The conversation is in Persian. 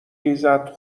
ریزد